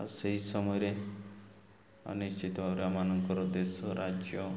ଆଉ ସେହି ସମୟରେ ନିିଶ୍ଚିତ ଭାବରେ ଆମ ମାନଙ୍କର ଦେଶ ରାଜ୍ୟ